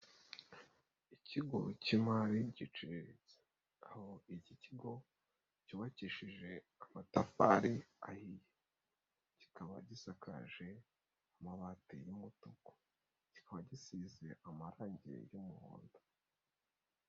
Ikigo cy'imari giciriritse, aho iki kigo cyubakishije amatafari ahiye. Kikaba gisakaje amabati y'umutuku. Kikaba gisize amarangi y'umuhondo.